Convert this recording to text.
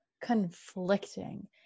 conflicting